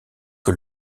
que